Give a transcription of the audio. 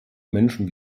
menschen